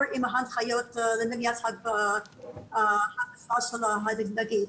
עם ההנחיות למניעת התפשטות של הנגיף.